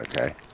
okay